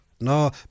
No